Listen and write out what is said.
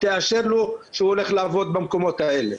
תאשר לו שהוא הולך לעבוד במקומות האלה.